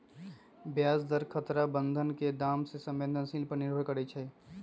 ब्याज दर खतरा बन्धन के दाम के संवेदनशील पर निर्भर करइ छै